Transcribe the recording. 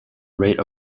rate